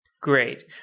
Great